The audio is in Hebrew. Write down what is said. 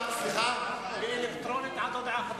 מצביעים אלקטרונית עד להודעה חדשה.